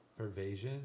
Pervasion